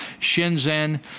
Shenzhen